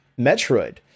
Metroid